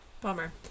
Bummer